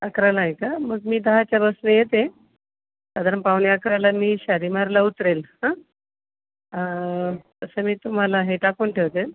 अकराला आहे का मग मी दहाच्या बसनं येते साधारण पावणेअकराला मी शालीमारला उतरेल हं तसं मी तुम्हाला हे टाकून ठेवतेल